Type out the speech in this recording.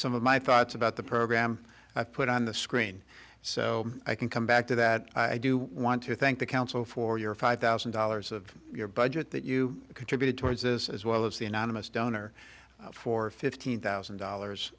some of my thoughts about the program i put on the screen so i can come back to that i do want to thank the council for your five thousand dollars of your budget that you contributed towards this as well as the anonymous donor for fifteen thousand dollars